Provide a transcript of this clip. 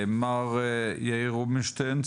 מר יאיר רובינשטיין,